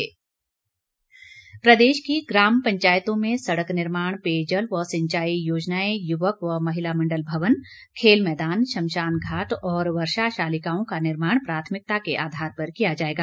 बरागटा प्रदेश की ग्राम पंचायतों में सड़क निर्माण पेयजल व सिंचाई योजनाएं युवक व महिला मंडल भवन खेल मैदान श्मशानघाट और वर्षा शालिकाओं का निर्माण प्राथमिकता के आधार पर किया जाएगा